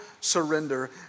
surrender